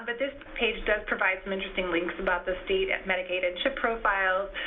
but this page does provide some interesting links about the state and medicaid and chip profiles,